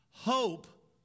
Hope